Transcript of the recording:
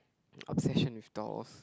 obsession with dolls